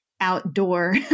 outdoor